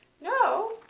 No